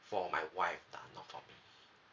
for my wife lah not for me